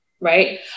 right